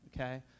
okay